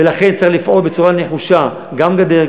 ולכן צריך לפעול בצורה נחושה: גם גדר,